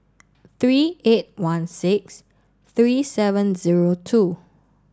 three eight one six three seven zero two